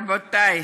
רבותי,